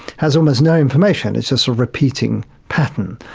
has almost no information, it's just a repeating pattern.